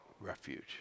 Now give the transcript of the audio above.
refuge